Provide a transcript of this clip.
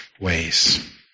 ways